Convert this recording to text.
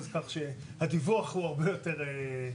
אז כך שהדיווח הוא הרבה יותר מקיף.